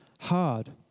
hard